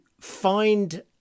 find